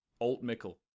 Alt-Mickle